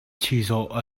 chizawh